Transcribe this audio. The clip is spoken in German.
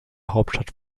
hauptstadt